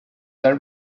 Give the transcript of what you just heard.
then